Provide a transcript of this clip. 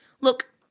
look